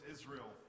Israel